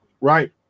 right